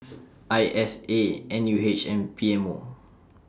I S A N U H and P M O